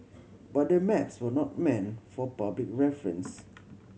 but the maps were not meant for public reference